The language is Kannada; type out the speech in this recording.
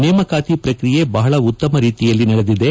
ನೇಮಕಾತಿ ಪ್ರಕ್ರಿಯೆ ಬಹಳ ಉತ್ತಮ ರೀತಿಯಲ್ಲಿ ನಡೆದಿದೆ